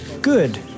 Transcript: Good